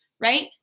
right